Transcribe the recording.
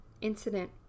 incident